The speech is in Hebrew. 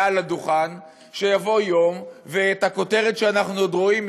מעל הדוכן שיבוא יום ואת הכותרת שאנחנו עוד רואים,